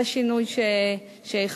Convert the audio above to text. זה שינוי שהכנסנו.